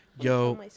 yo